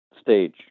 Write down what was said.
stage